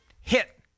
hit